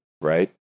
right